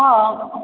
हँ